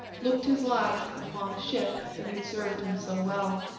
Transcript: looked his last upon the ship that had served him so well,